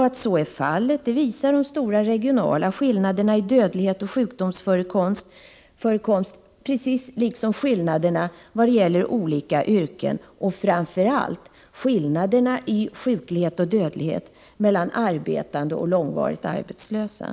Att så är fallet visar de stora regionala skillnaderna i dödlighet och sjukdomsförekomst liksom skillnaderna mellan olika yrken och, framför allt, skillnaderna i sjuklighet och dödlighet mellan arbetande och långvarigt arbetslösa.